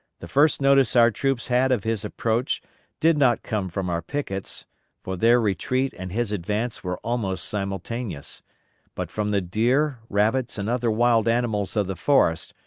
the first notice our troops had of his approach did not come from our pickets for their retreat and his advance were almost simultaneous but from the deer, rabbits, and other wild animals of the forest,